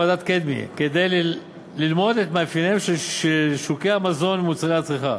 כדי ללמוד את מאפייניהם של שוקי המזון ומוצרי הצריכה,